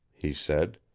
he said.